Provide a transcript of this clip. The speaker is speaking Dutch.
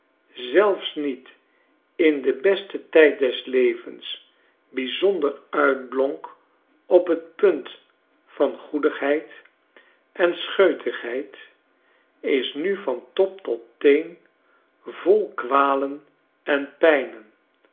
zelfs niet in den besten tijd des levens bijzonder uitblonk op t punt van goedigheid en scheutigheid is nu van top tot teen vol kwalen en pijnen